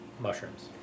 mushrooms